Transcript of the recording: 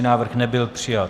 Návrh nebyl přijat.